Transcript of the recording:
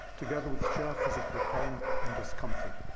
together with sheer physical pain and discomfort,